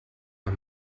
man